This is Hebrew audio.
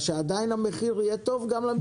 שעדיין המחיר יהיה טוב גם למזדמן.